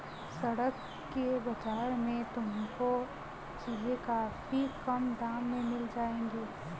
सड़क के बाजार में तुमको चीजें काफी कम दाम में मिल जाएंगी